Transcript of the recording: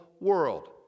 world